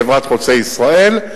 חברת "חוצה ישראל",